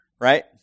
right